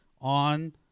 on